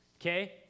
okay